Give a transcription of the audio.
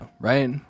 right